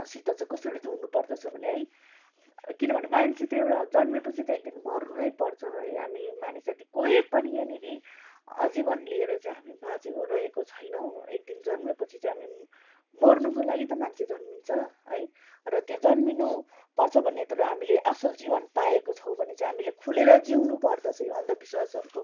सित चाहिँ कसरी जुड्नुपर्दछ भने है किनभने मान्छे त एउटा जन्मेपछि त एक दिन मर्नु नै पर्छ है हामी मानिस जाति कोही पनि यहाँनिर आजीवन लिएर चाहिँ हामी बाँचेको रहेको छैनौँ एक दिन जन्मेपछि चाहिँ हामी मर्नुको लागि त मान्छे जन्मिन्छ है र त्यो जन्मिनुपर्छ भन्ने तर हामीले असल जीवन पाएको छौँ भने चाहिँ हामीले खुलेर जिउनुपर्दछ यो अन्धविश्वासहरूको